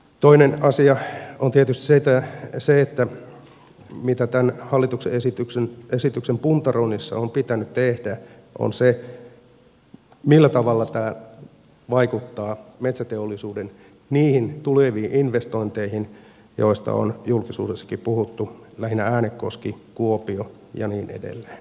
toinen asia on tietysti se mitä tämän hallituksen esityksen puntaroinnissa on pitänyt tehdä millä tavalla tämä vaikuttaa metsäteollisuuden niihin tuleviin investointeihin joista on julkisuudessakin puhuttu lähinnä äänekoski kuopio ja niin edelleen